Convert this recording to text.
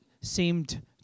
seemed